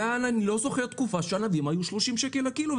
ואני לא זוכר תקופה שהענבים היו 30 שקל לקילו,